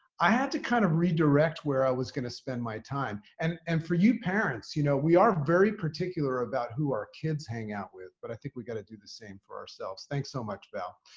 i had to kind of redirect where i was going to spend my time. and and for you parents, you know, we are very particular about who our kids hang out with. but i think we've got to do the same for ourselves. thanks so much val.